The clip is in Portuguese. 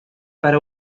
para